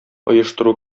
оештыру